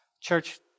church